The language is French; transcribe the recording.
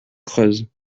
creuse